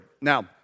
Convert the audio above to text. Now